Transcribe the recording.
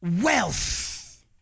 wealth